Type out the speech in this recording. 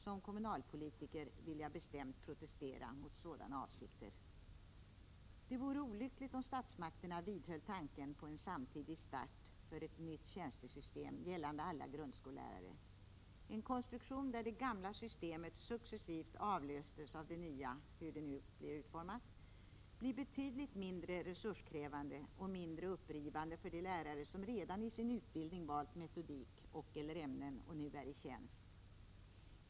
Som kommunalpolitiker vill jag bestämt protestera mot sådana avsikter. Det vore olyckligt om statsmakterna vidhöll tanken på en samtidig start för ett nytt tjänstesystem, gällande alla grundskolelärare. En konstruktion där det gamla systemet successivt avlöstes av det nya — hur det nu blir utformat — blir betydligt mindre resurskrävande och mindre upprivande för de lärare som redan i sin utbildning valt metodik och/eller ämnen och nu är i tjänst.